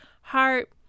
heart